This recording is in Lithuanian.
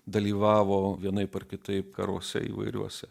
dalyvavo vienaip ar kitaip karuose įvairiuose